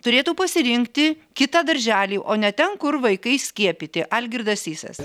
turėtų pasirinkti kitą darželį o ne ten kur vaikai skiepyti algirdas sysas